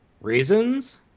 reasons